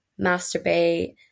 masturbate